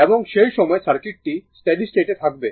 এবং সেই সময় সার্কিটটি স্টেডি স্টেটে থাকবে